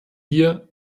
wir